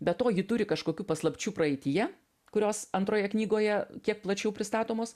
be to ji turi kažkokių paslapčių praeityje kurios antroje knygoje kiek plačiau pristatomos